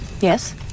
Yes